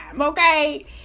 Okay